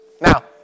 Now